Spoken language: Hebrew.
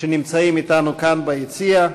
שנמצאים אתנו כאן ביציע,